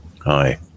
Hi